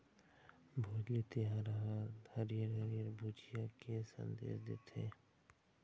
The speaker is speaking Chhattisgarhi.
भोजली तिहार ह हरियर हरियर भुइंया के संदेस देथे